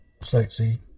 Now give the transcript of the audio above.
sightsee